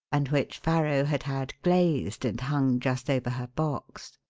and which farrow had had glazed and hung just over her box.